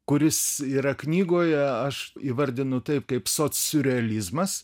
kuris yra knygoje aš įvardinu taip kaip socsiurrealizmas